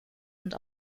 und